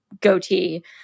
goatee